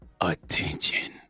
attention